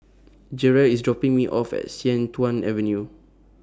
Jerrel IS dropping Me off At Sian Tuan Avenue